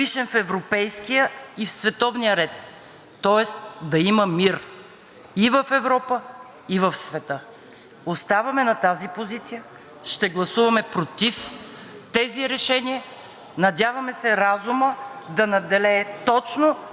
Оставаме на тази позиция, ще гласуваме против тези решения. Надяваме се разумът да надделее точно заради българския национален интерес. (Ръкопляскания от